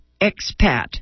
expat